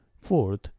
fourth